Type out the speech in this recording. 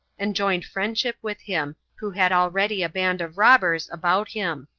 and joined friendship with him, who had already a band of robbers about him.